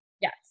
Yes